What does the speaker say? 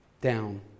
down